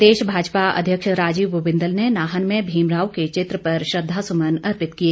प्रदेश भाजपा अध्यक्ष राजीव बिंदल ने नाहन में भीमराव के चित्र पर श्रद्धा सुमन अर्पित किए